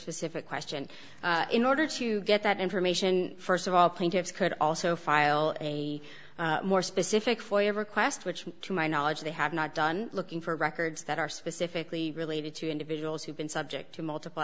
specific question in order to get that information st of all plaintiffs could also file a more specific foyer request which to my knowledge they have not done looking for records that are specifically related to individuals who've been subject to multipl